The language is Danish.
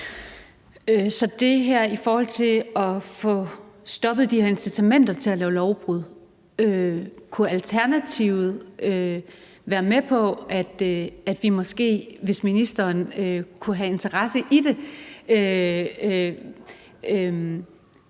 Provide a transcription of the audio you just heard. Så i forhold til at få stoppet de her incitamenter til at lave lovbrud kunne Alternativet så være med på, at vi måske, hvis ministeren kunne have interesse i det,